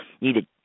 needed